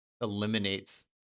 eliminates